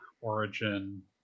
Origin